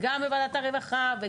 וגם בוועדת הרווחה,